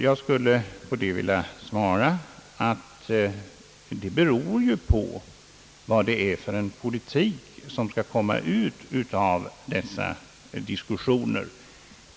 Jag vill tillägga, att det beror på vad det är för politik som skall komma ut av dessa diskussioner.